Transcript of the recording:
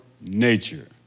nature